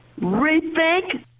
rethink